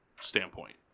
standpoint